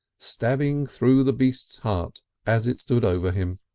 stabbing through the beast's heart as it stood over him.